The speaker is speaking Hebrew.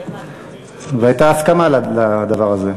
והייתה הסכמה לדבר הזה.